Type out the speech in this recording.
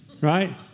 Right